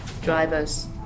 driver's